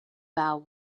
vow